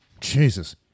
Jesus